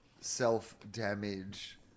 self-damage